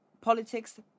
politics